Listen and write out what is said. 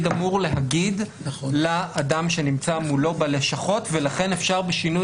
אמור להגיד לאדם שנמצא מולו בלשכות ולכן אפשר בשינוי